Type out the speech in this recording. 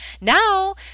now